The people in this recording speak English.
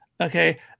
Okay